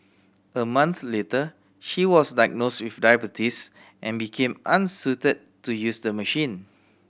a month later she was diagnosed with diabetes and became unsuited to use the machine